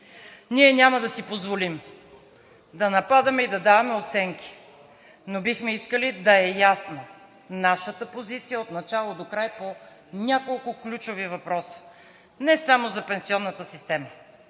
Ние няма да си позволим да нападаме и да даваме оценки, но бихме искали да е ясно – нашата позиция отначало докрай по няколко ключови въпроса, не само за пенсионната система,